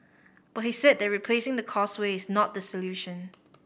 but he said that replacing the Causeway is not the solution